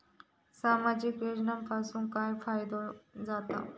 सामाजिक योजनांपासून काय फायदो जाता?